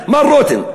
הכנסת, מר רותם.